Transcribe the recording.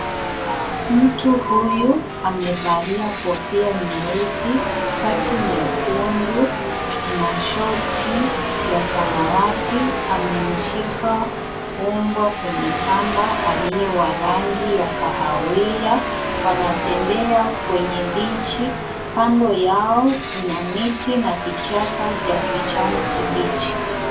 Mtu huyu amevalia kofia nyeusi, koti nyekundu na short ya samawati amemshika mbwa kwenye kamba aliye wa rangi ya kahawia, wanatembea kwenye beach , kando yao kuna miti na kichaka ya kijani kibichi.